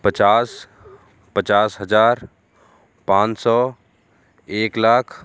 पचास पचास हज़ार पाँच सौ एक लाख